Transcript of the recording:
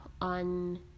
on